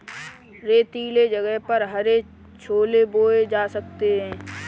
रेतीले जगह पर हरे छोले बोए जा सकते हैं